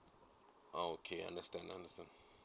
uh okay understand understand